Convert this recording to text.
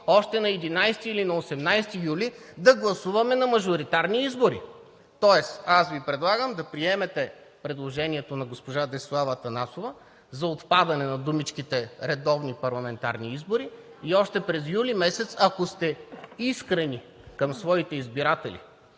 още на 11 или на 18 юли да гласуваме на мажоритарни избори. Тоест аз Ви предлагам, да приемете предложението на госпожа Десислава Атанасова за отпадане на думичките „редовни парламентарни избори“ и още през юли месец, ако сте искрени към своите избиратели,